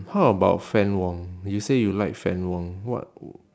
how about fann wong you say you like fann wong what w~